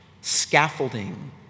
scaffolding